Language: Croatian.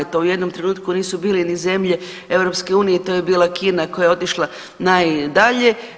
To u jednom trenutku nisu bile ni zemlje EU, to je bila Kina koja je otišla najdalje.